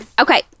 okay